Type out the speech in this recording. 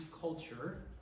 culture